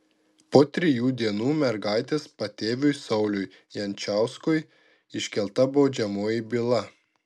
po trijų dienų mergaitės patėviui sauliui jančiauskui iškelta baudžiamoji byla